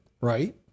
right